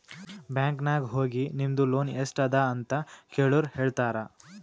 bank ನಾಗ್ ಹೋಗಿ ನಿಮ್ದು ಲೋನ್ ಎಸ್ಟ್ ಅದ ಅಂತ ಕೆಳುರ್ ಹೇಳ್ತಾರಾ